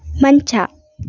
ಮಂಚ